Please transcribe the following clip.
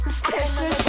special